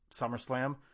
SummerSlam